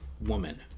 Woman